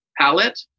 Palette